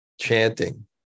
chanting